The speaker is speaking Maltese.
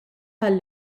tal